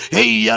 Hey